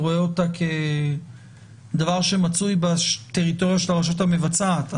כדבר שמצוי בטריטוריה של הרשות המבצעת.